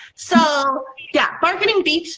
so, yeah, marketing beet.